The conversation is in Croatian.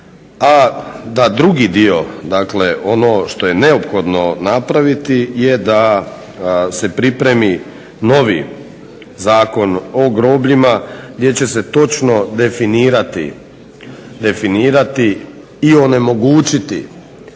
drugi dio, dakle ono što je neophodno napraviti je da se pripremi novi Zakon o grobljima gdje će se točno definirati i onemogućiti